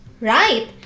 Right